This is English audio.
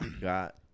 got